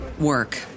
work